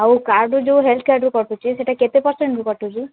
ଆଉ କାର୍ଡ଼ରୁ ଯେଉଁ ହେଲ୍ଥ୍ କାର୍ଡ଼ରୁ କଟୁଛି ସେଟା କେତେ ପରସେଣ୍ଟରୁ କଟୁଛି